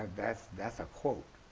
that's that's a quote,